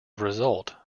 result